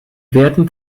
werten